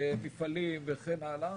מפעלים וכן הלאה.